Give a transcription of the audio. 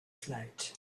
float